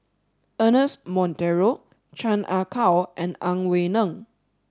Ernest Monteiro Chan Ah Kow and Ang Wei Neng